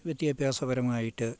വിദ്യാഭ്യാസപരമായിട്ട്